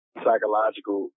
psychological